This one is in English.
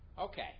Okay